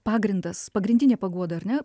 pagrindas pagrindinė paguoda ar ne